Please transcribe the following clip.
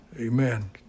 Amen